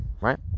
right